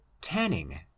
tanning